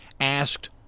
asked